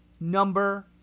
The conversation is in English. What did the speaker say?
number